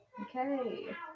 Okay